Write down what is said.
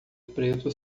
preto